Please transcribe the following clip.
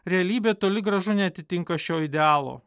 realybė toli gražu neatitinka šio idealo